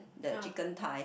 the chicken thigh